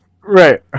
Right